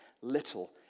little